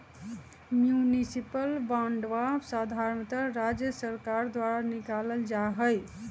municipal बांडवा साधारणतः राज्य सर्कार द्वारा निकाल्ल जाहई